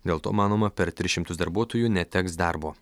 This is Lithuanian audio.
dėl to manoma per tris šimtus darbuotojų neteks darbo